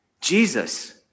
Jesus